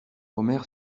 omer